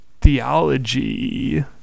theology